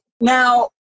Now